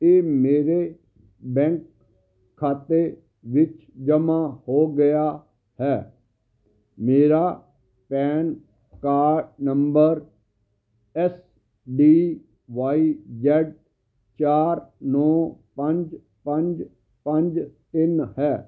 ਇਹ ਮੇਰੇ ਬੈਂਕ ਖਾਤੇ ਵਿੱਚ ਜਮ੍ਹਾਂ ਹੋ ਗਿਆ ਹੈ ਮੇਰਾ PAN card number S D Y Z ਚਾਰ ਨੌ ਪੰਜ ਪੰਜ ਪੰਜ ਤਿੰਨ ਹੈ